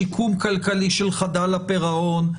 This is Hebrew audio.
שיקום כלכלי של חדל הפירעון,